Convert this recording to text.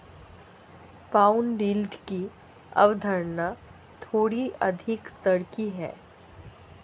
bond yield की अवधारणा थोड़ी अधिक स्तर की है